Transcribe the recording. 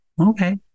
okay